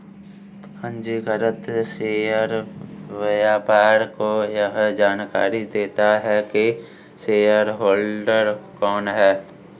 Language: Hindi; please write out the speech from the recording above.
पंजीकृत शेयर व्यापार को यह जानकरी देता है की शेयरहोल्डर कौन है